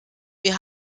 wir